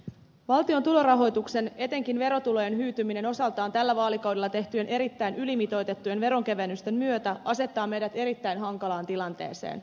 valtion tulorahoituksen etenkin verotulojen hyytyminen tällä vaalikaudella osaltaan tehtyjen erittäin ylimitoitettujen veronkevennysten myötä asettaa meidät erittäin hankalaan tilanteeseen